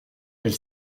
elle